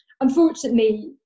unfortunately